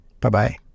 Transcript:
Bye-bye